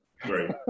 great